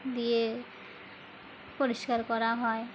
দিয়ে পরিষ্কার করা হয়